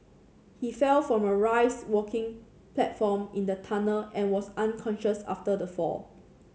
he fell from a raised working platform in the tunnel and was unconscious after the fall